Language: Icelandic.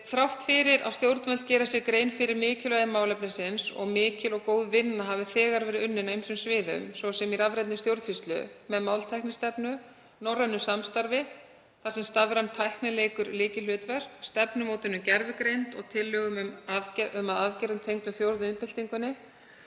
Þrátt fyrir að stjórnvöld geri sér grein fyrir mikilvægi málefnisins og mikil og góð vinna hafi þegar verið unnin á ýmsum sviðum, svo sem í rafrænni stjórnsýslu, með máltæknistefnu, norrænu samstarfi þar sem stafræn tækni leikur lykilhlutverk, stefnumótun um gervigreind og tillögum að aðgerðum tengdum fjórðu iðnbyltingunni,